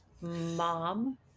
Mom